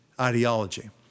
ideology